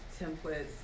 templates